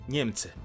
Niemcy